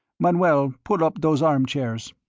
manoel, pull up those armchairs.